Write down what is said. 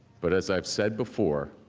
but as i have said before,